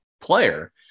player